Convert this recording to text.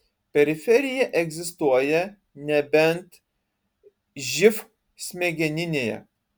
periferija egzistuoja nebent živ smegeninėje